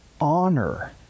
honor